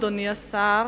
אדוני השר,